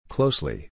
Closely